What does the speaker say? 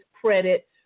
credit